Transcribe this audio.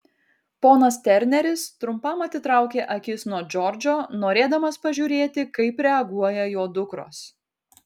ponas terneris trumpam atitraukė akis nuo džordžo norėdamas pažiūrėti kaip reaguoja jo dukros